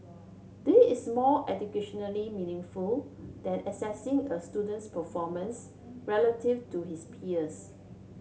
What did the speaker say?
this is more educationally meaningful than assessing a student's performance relative to his peers